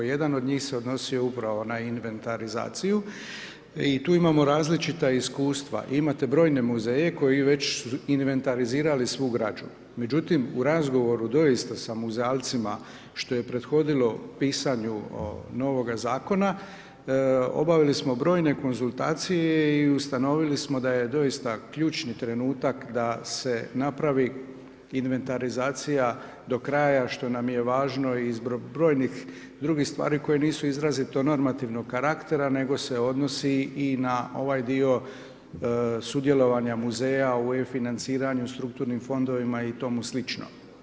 Jedan od njih se odnosio upravo na inventarizaciju i tu imamo različita iskustva, imate brojne muzeje koji već su inventarizirali svu građu, međutim u razgovoru doista sa muzealcima, što je prethodilo pisanju novoga zakona, obavili smo brojne konzultacije i ustanovili smo da je doista ključni trenutak da se napravi inventarizacija do kraja što nam je važno i zbog brojnih drugih stvari koje nisu izrazito normativnog karaktera, nego se odnosi i na ovaj dio sudjelovanja muzeja u e-financiranju, strukturnim fondovima i tomu slično.